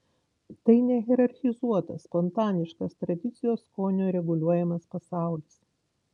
tai nehierarchizuotas spontaniškas tradicijos skonio reguliuojamas pasaulis